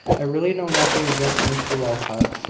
i really know nothing against mr walcot.